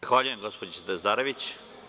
Zahvaljujem, gospođi Dazdarević.